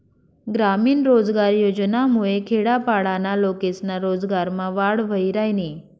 ग्रामीण रोजगार योजनामुये खेडापाडाना लोकेस्ना रोजगारमा वाढ व्हयी रायनी